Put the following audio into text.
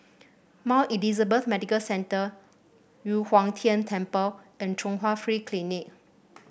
Mount Elizabeth Medical Centre Yu Huang Tian Temple and Chung Hwa Free Clinic